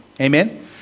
Amen